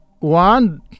One